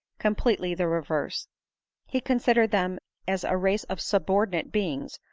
completely the reverse he considered them as a race of subordinate beings,